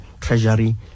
Treasury